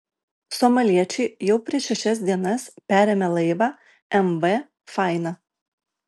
somaliečiai jau prieš šešias dienas perėmė laivą mv faina